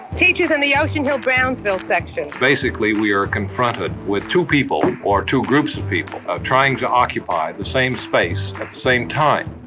teachers in the ocean hill-brownsville section basically, we are confronted with two people or two groups people trying to occupy the same space at the same time.